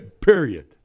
period